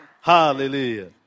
Hallelujah